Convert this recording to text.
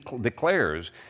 declares